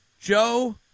Joe